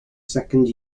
second